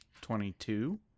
Twenty-two